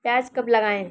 प्याज कब लगाएँ?